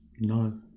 No